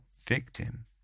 victim